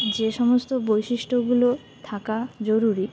যে সমস্ত বৈশিষ্ট্যগুলো থাকা জরুরি